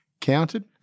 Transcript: counted